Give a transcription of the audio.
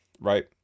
right